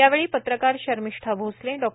यावेळी पत्रकार शर्मिष्ठा भोसले डॉ